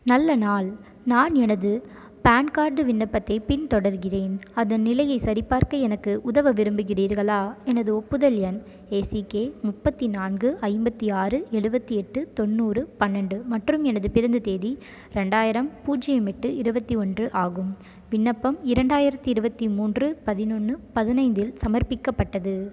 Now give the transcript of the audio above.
நல்ல நாள் நான் எனது பான் கார்டு விண்ணப்பத்தைப் பின்தொடர்கிறேன் அதன் நிலையை சரிபார்க்க எனக்கு உதவ விரும்புகிறீர்களா எனது ஒப்புதல் எண் ஏ சி கே முப்பத்தி நான்கு ஐம்பத்தி ஆறு எழுபத்தி எட்டு தொண்ணூறு பன்னெண்டு மற்றும் எனது பிறந்த தேதி ரெண்டாயிரம் பூஜ்ஜியம் எட்டு இருபத்தி ஒன்று ஆகும் விண்ணப்பம் இரண்டாயிரத்தி இருபத்தி மூன்று பதினொன்று பதினைந்து இல் சமர்ப்பிக்கப்பட்டது